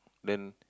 then